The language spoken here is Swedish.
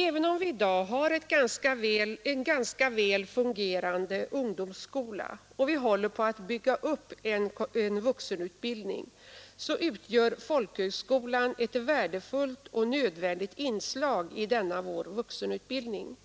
Även om vi i dag har en ganska väl fungerande ungdomsskola och vi håller på att bygga upp en vuxenutbildning, så utgör folkhögskolan ett värdefullt och nödvändigt inslag i vår skolvärld.